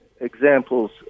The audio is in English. examples